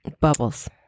Bubbles